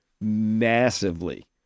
massively